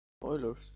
Spoilers